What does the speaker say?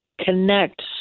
connect